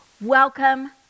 welcome